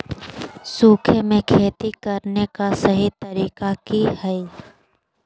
सूखे में खेती करने का सही तरीका की हैय?